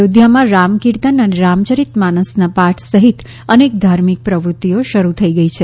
અયોધ્યામાં રામ કીર્તન અને રામયરિત માનસના પાઠ સહિત અનેક ધાર્મિક પ્રવૃત્તિઓ શરૂ થઈ ગઈ છે